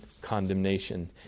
condemnation